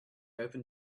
open